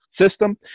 system